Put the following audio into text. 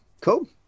cool